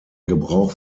gebrauch